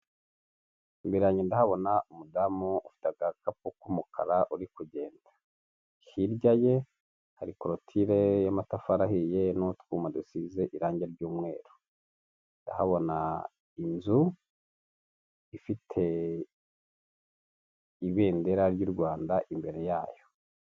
Imbere yanjye ndahabona umudamu ufite agakapu k'umukara uri kugenda, hirya ye hari koloture y'amatafari ahiye n'utwuma dusize irangi ry'umweru, ndahabona inzu ifite ibendera ry'u Rwanda imbere yayo.